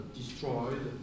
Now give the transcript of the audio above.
destroyed